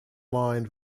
lined